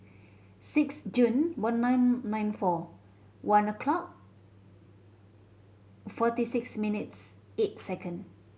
six June one nine nine four one o'clock forty six minutes eight second